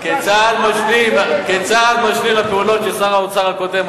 כצעד משלים לפעולות שעשה שר האוצר הקודם,